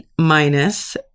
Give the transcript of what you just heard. minus